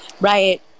right